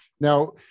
Now